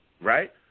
right